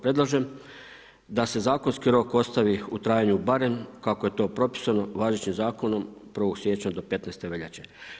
Predlažem da se zakonski rok ostavi u trajanju barem kako je to propisano važećim zakonom do 1. siječnja do 15 veljače.